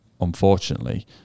unfortunately